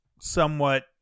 somewhat